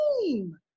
team